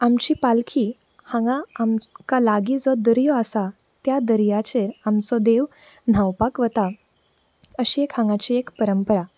आमची पालखी हांगा आमकां लागीं जो दर्यो आसा त्या दर्याचेर आमचो देव न्हावपाक वता अशी हांगाची एक परंपरा